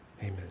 Amen